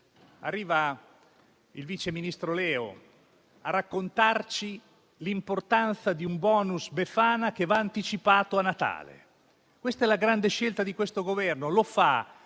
arriva il viceministro Leo a raccontarci l'importanza di un *bonus* Befana che va anticipato a Natale. Questa è la grande scelta di questo Governo. E lo fa